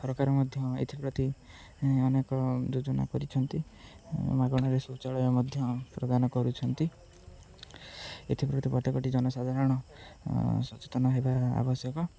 ସରକାର ମଧ୍ୟ ଏଥିପ୍ରତି ଅନେକ ଯୋଜନା କରିଛନ୍ତି ମାଗଣାରେ ଶୌଚାଳୟ ମଧ୍ୟ ପ୍ରଦାନ କରୁଛନ୍ତି ଏଥିପ୍ରତି ପ୍ରତ୍ୟେକଟି ଜନସାଧାରଣ ସଚେତନ ହେବା ଆବଶ୍ୟକ